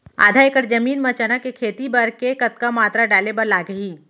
आधा एकड़ जमीन मा चना के खेती बर के कतका मात्रा डाले बर लागही?